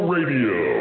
Radio